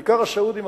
בעיקר הסעודים,